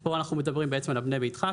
פה אנחנו מדברים בעצם על הבנה ביתך.